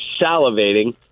salivating –